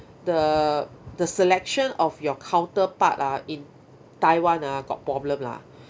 the the selection of your counterpart ah in taiwan ah got problem lah